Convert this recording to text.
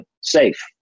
safe